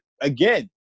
again